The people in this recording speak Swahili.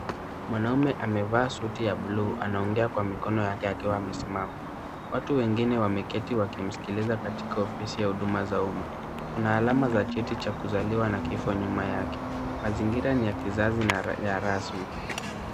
Mwanaume amevaa suti ya buluu anaongea kwa mikono yake akiwa amesimama. Watu wengine wameketi wakimsikiliza katika ofisi za Huduma za uma . Kuna alama za cheti cha kuzaliwa na kifo nyuma yake. Mazingira ni ya kizazi na ya rasmi.